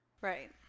Right